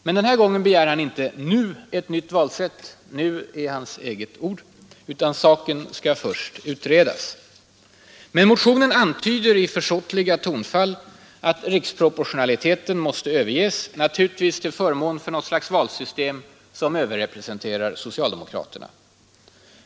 Denna gång begär han dock inte ”nu” ett nytt valsätt; saken skall först utredas. Men motionen antyder i försåtliga tonfall att riksproportionaliteten måste överges, naturligtvis till förmån för ett valsystem som överrepresenterar socialdemokratena.